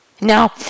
Now